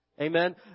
Amen